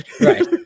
Right